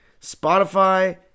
Spotify